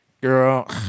Girl